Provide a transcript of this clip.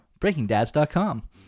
BreakingDads.com